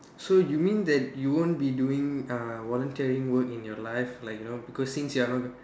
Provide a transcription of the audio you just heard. so you mean that you won't be doing uh volunteering work in your life like you know because since you are not